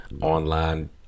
online